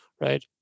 right